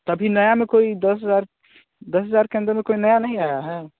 तो अभी नया में कोई दस हज़ार दस हज़ार के अंदर में कोई नया नहीं आया है